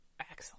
excellent